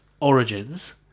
Origins